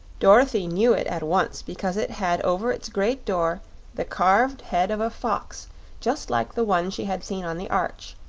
dorothy knew it at once because it had over its great door the carved head of a fox just like the one she had seen on the arch,